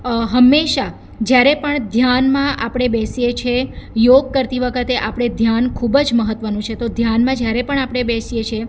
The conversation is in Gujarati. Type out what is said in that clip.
હંમેશાં જ્યારે પણ ધ્યાનમાં આપણે બેસીએ છીએ યોગ કરતી વખતે આપણે ધ્યાન ખૂબ જ મહત્ત્વનું છે તો ધ્યાનમાં જ્યારે પણ આપણે બેસીએ છીએ